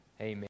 Amen